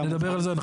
אנחנו נדבר על זה.